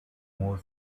more